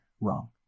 wrong